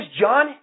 John